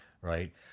right